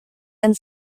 and